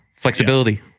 Flexibility